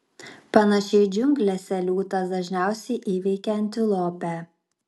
panašiai džiunglėse liūtas dažniausiai įveikia antilopę